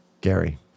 Gary